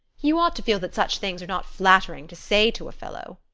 you ought to feel that such things are not flattering to say to a fellow.